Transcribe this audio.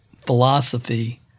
philosophy